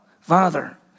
Father